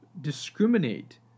discriminate